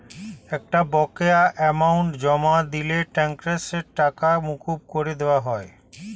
একটা বকেয়া অ্যামাউন্ট জমা দিলে ট্যাক্সের টাকা মকুব করে দেওয়া হয়